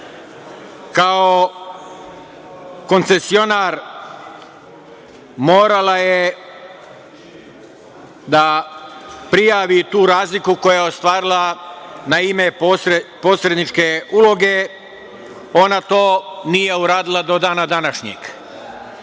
koncesionar, morala je da prijavi tu razliku koju je ostvarila na ime posredničke uloge. Ona to nije uradila do dana današnjeg. Firma